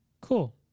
cool